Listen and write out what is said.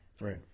Right